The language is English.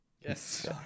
Yes